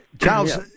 charles